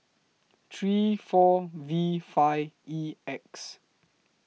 three four V five E X